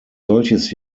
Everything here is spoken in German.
solches